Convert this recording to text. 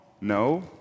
No